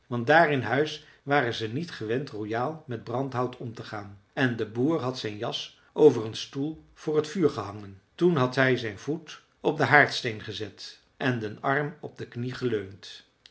want daar in huis waren ze niet gewend royaal met brandhout om te gaan en de boer had zijn jas over een stoel voor het vuur gehangen toen had hij zijn voet op den haardsteen gezet en den arm op de knie geleund